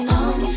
on